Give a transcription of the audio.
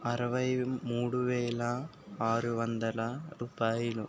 అరవై మూడు వేల ఆరు వందల రూపాయలు